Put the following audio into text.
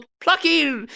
plucky